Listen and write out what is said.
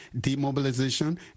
demobilization